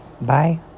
Bye